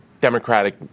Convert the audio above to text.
Democratic